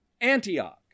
Antioch